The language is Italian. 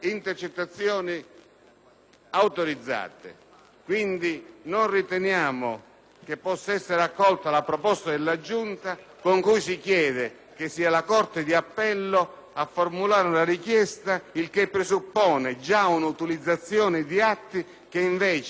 Quindi, non riteniamo che possa essere accolta la proposta della Giunta con cui si chiede che sia la corte d'appello a formulare una richiesta, il che presuppone già un'utilizzazione di atti che invece, ai sensi della legge n. 140 del 2003,